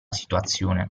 situazione